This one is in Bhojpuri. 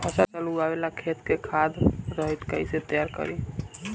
फसल उगवे ला खेत के खाद रहित कैसे तैयार करी?